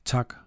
Tak